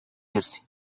jersey